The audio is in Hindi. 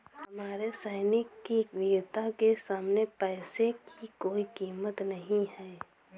हमारे सैनिक की वीरता के सामने पैसे की कोई कीमत नही है